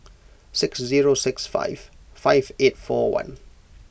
six zero six five five eight four one